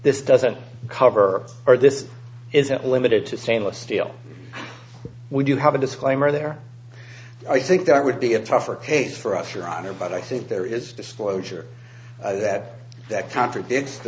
this doesn't cover or this isn't limited to stainless steel we do have a disclaimer there i think that would be a tougher case for us your honor but i think there is disclosure that that contradicts